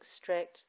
extract